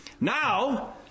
Now